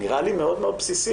זה נראה לי מאוד-מאוד בסיסי.